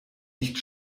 nicht